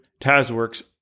TazWorks